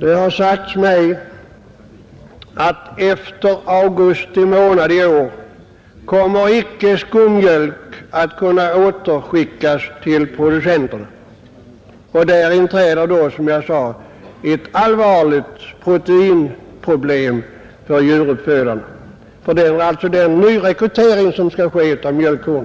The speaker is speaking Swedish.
Det har sagts mig att skummjölken icke kommer att kunna återskickas till producenten efter augusti månad i år. Då inträder som jag sade ett allvarligt proteinproblem för djuruppfödarna, som sysslar med rekrytering av mjölkkor.